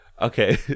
Okay